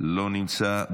לא נמצא.